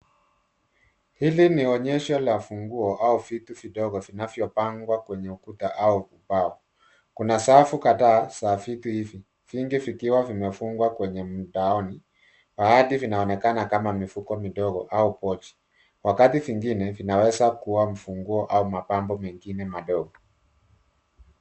Hili ni onyesho la funguo au vitu vidogo vinavyopangwa kwenye ukuta au ubao. Kuna safu kadhaa za vitu hivivingine vikiwa vimefungwa kwenye mdaoni. Baaadhi vinaonekana kama mifuko midogo au pochi. Wakati vingine vinaweza kuwa mfunguo au mapambo mengine madogo.